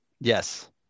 Yes